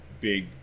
big